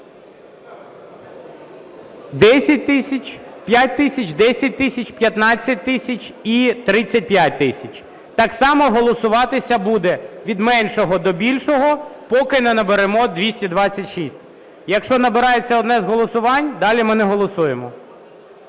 10 тисяч, 5 тисяч, 10 тисяч, 15 тисяч і 35 тисяч. Так само голосуватися буде від меншого до більшого, поки не наберемо 226. Якщо набирається одне з голосувань, далі ми не голосуємо.